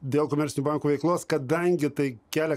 dėl komercinių bankų veiklos kadangi tai kelia